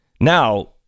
Now